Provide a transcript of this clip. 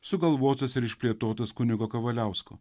sugalvotas ir išplėtotas kunigo kavaliausko